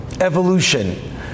evolution